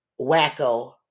wacko